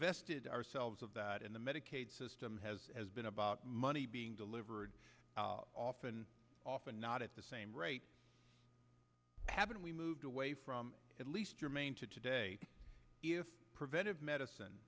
divest ourselves of that in the medicaid system has been about money being delivered often often not at the same rate haven't we moved away from at least your main to today if preventive medicine